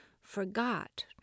forgot